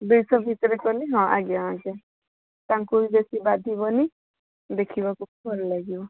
ଦୁଇଶହ ଭିତରେ କଲେ ହଁ ଆଜ୍ଞା ଆଜ୍ଞା ତାଙ୍କୁ ବି ବେଶୀ ବାଧିବନି ଦେଖିବାକୁ ବି ଭଲ ଲାଗିବ